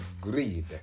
greed